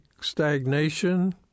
stagnation